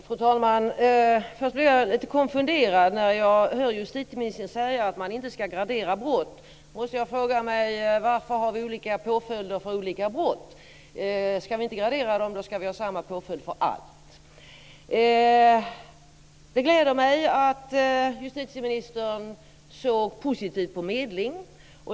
Fru talman! Först blir jag lite konfunderad när jag hör justitieministern säga att man inte ska gradera brott. Då måste jag fråga mig: Varför har vi olika påföljder för olika brott? Ska vi inte gradera dem ska vi ha samma påföljd för allt! Det gläder mig att justitieministern ser positivt på medling.